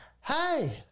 Hey